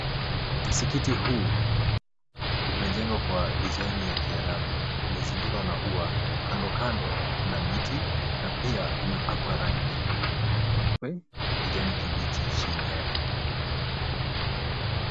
Msikiti huu umejengwa kwa (cs) design (cs)ya kiarabu umezingirwa na ua. Kandokando kuna miti na pia umepakwa rangi nyeupe na kijani kibichi chini yake.